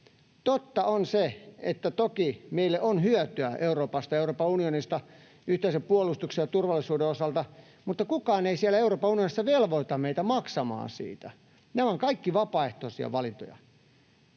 Totta on se, että toki meille on hyötyä Euroopasta ja Euroopan unionista yhteisen puolustuksen ja turvallisuuden osalta, mutta kukaan ei siellä Euroopan unionissa velvoita meitä maksamaan siitä. Nämä ovat kaikki vapaaehtoisia valintoja.